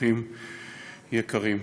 אורחים יקרים,